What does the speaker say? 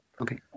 Okay